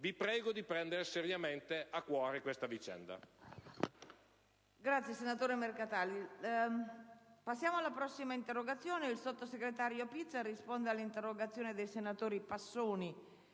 Vi prego di prendere seriamente a cuore tale vicenda.